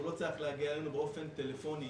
הוא לא צריך להגיע אלינו באופן טלפוני.